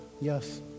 Yes